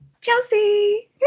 Chelsea